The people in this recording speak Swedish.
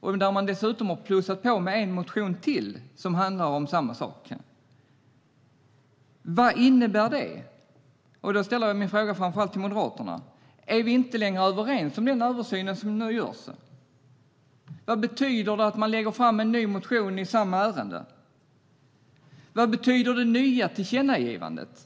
återkommer. Dessutom har man plussat på med en motion till som handlar om samma sak. Vad innebär det? Jag ställer min fråga framför allt till Moderaterna. Är vi inte längre överens om den översyn som nu görs? Vad betyder det att man lägger fram en ny motion i samma ärende? Vad betyder det nya tillkännagivandet?